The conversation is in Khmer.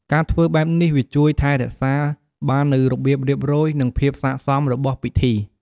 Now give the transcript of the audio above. ការធ្វើបែបនេះវាជួយថែរក្សាបាននូវរបៀបរៀបរយ និងភាពស័ក្តិសមរបស់ពិធី។